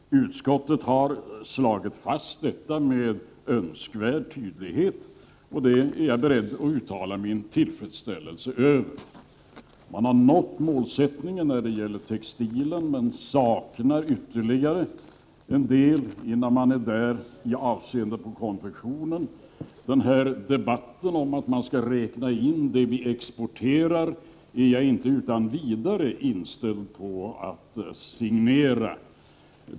Utskottet har slagit fast detta med önskvärd tydlighet, och det är jag beredd att uttala min tillfredsställelse över. Målsättningen är uppnådd på textilsidan, men det saknas ytterligare en del innan man har nått målet i avseende på konfektion. Uppfattningen att man skall räkna in det vi exporterar är jag inte utan vidare inställd på att signera.